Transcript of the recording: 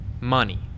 Money